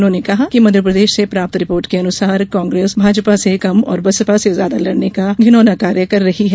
उन्होंने कहा कि मध्यप्रदेश से प्राप्त रिपोर्ट के अनुसार कांग्रेस भाजपा से कम और बसपा से ज्यादा लड़ने का घिनौना कार्य कर रही है